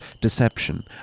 deception